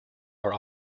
are